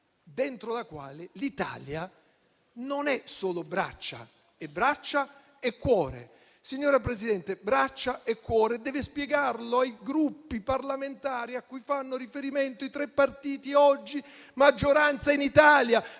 dentro la quale l'Italia non è solo braccia, ma è braccia e cuore. Signora Presidente, braccia e cuore; deve spiegarlo ai Gruppi parlamentari cui fanno riferimento i tre partiti oggi maggioranza in Italia,